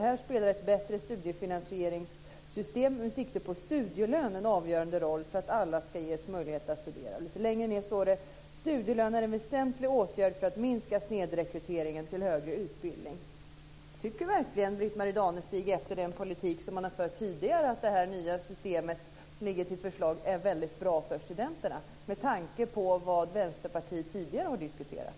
Här spelar ett bättre studiefinansieringssystem med sikte på studielön en avgörande roll för att alla ska ges möjlighet att studera. Lite senare står det: Studielön är en väsentlig åtgärd för att minska snedrekryteringen till högre utbildning. Tycker verkligen Britt-Marie Danestig, efter den politik som man tidigare fört, att det nya system som är föreslaget är väldigt bra för studenterna? Jag frågar det med tanke på vad Vänsterpartiet tidigare har diskuterat.